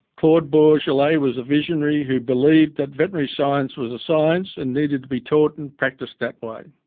claude bourgelat was a visionary who believed that veterinary science was a science and needed to be taught and practiced that way.